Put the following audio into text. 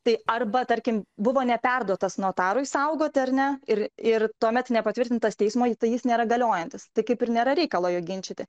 tai arba tarkim buvo neperduotas notarui saugoti ar ne ir ir tuomet nepatvirtintas teismo jis nėra galiojantis tai kaip ir nėra reikalo jo ginčyti